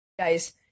guys